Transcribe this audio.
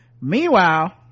Meanwhile